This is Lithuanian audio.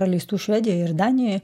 praleistų švedijoj ir danijoj